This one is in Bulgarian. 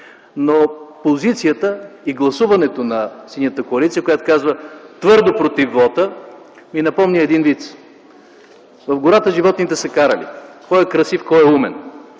Позицията и гласуването на Синята коалиция, която каза: „твърдо против вота”, ми напомня един виц: „В гората животните се карали – кой е красив, кой е умен.